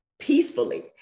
peacefully